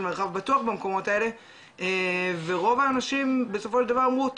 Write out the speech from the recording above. מרחב בטוח במקומות האלה ורוב האנשים בסופו של דבר אמרו,